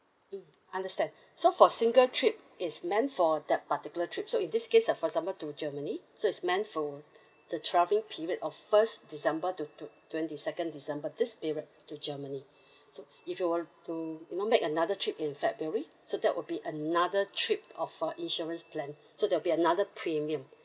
mm understand so for single trip it's meant for that particular trip so in this case uh for example to germany so it's meant for the travelling period of first december to to twenty second december this period to germany so if you were to you know make another trip in february so that would be another trip uh for insurance plan so there'll be another premium